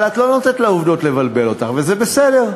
אבל את לא נותנת לעובדות לבלבל אותך, וזה בסדר.